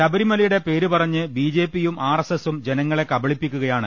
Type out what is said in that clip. ശബരിമലയുടെ പേരുപറഞ്ഞ് ബിജെപി യും ആർഎസ്എസും ജനങ്ങളെ കബളിപ്പിക്കുകയാണ്